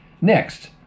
Next